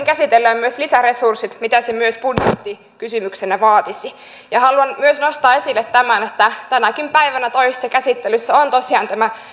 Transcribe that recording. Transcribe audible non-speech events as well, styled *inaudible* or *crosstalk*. *unintelligible* käsitellään myös lisäresurssit mitä se myös budjettikysymyksenä vaatisi haluan myös nostaa esille tämän että tänäkin päivänä toisessa käsittelyssä on tosiaan tämä